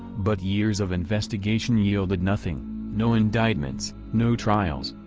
but years of investigation yielded nothing no indictments, no trials,